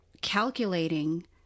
calculating